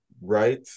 right